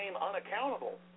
unaccountable